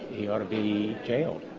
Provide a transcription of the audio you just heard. he ought to be jailed.